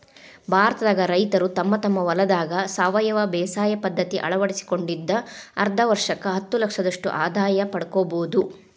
ಭಾರತದಾಗ ರೈತರು ತಮ್ಮ ತಮ್ಮ ಹೊಲದಾಗ ಸಾವಯವ ಬೇಸಾಯ ಪದ್ಧತಿ ಅಳವಡಿಸಿಕೊಂಡಿದ್ದ ಆದ್ರ ವರ್ಷಕ್ಕ ಹತ್ತಲಕ್ಷದಷ್ಟ ಆದಾಯ ಪಡ್ಕೋಬೋದು